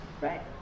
right